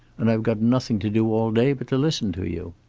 and i've got nothing to do all day but to listen to you.